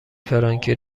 فرانکی